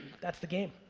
that's the game.